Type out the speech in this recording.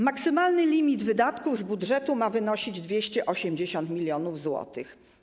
Maksymalny limit wydatków z budżetu ma wynosić 280 mln zł.